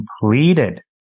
completed